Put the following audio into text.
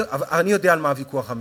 אני יודע על מה הוויכוח האמיתי.